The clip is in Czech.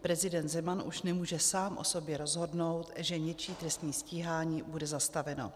Prezident Zeman už nemůže sám o sobě rozhodnout, že něčí trestní stíhání bude zastaveno.